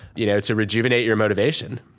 you know to rejuvenate your motivation.